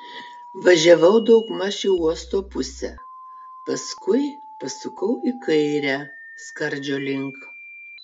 važiavau daugmaž į uosto pusę paskui pasukau į kairę skardžio link